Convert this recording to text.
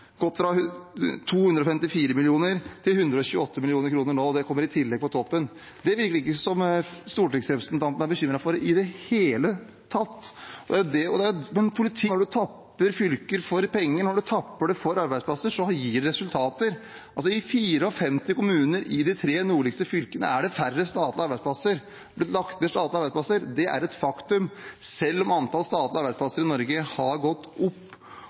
gått fra 254 mill. kr til 128 mill. kr nå. Det kommer i tillegg. Det virker det ikke som om stortingsrepresentantene er bekymret for i det hele tatt. Men politikk virker. Selvfølgelig er det sånn at når du tapper fylker for penger, når du tapper dem for arbeidsplasser, så gir det resultater. I 54 kommuner i de tre nordligste fylkene er det færre statlige arbeidsplasser. Det har blitt lagt ned statlige arbeidsplasser. Det er et faktum selv om antallet statlige arbeidsplasser i Norge har gått opp,